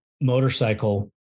motorcycle